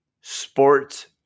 sports